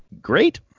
Great